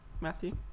Matthew